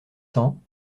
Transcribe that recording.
cents